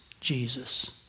Jesus